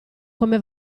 come